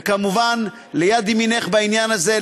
וכמובן ליד ימינך בעניין הזה,